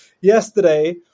yesterday